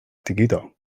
digidol